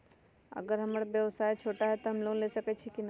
अगर हमर व्यवसाय छोटा है त हम लोन ले सकईछी की न?